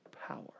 power